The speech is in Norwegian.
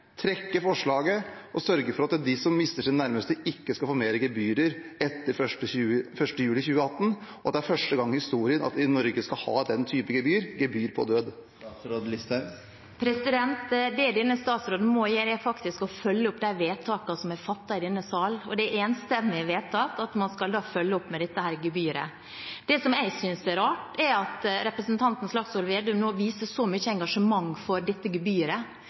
forslaget og sørge for at de som mister sine nærmeste, ikke skal få flere gebyrer etter 1. juli 2018, og at det er første gang i historien at vi i Norge skal ha den type gebyr, gebyr på død? Det denne statsråden må gjøre, er å følge opp de vedtakene som er fattet i denne salen. Det er enstemmig vedtatt at man skal følge opp med dette gebyret. Det jeg synes er rart, er at representanten Slagsvold Vedum nå viser så mye engasjement for dette gebyret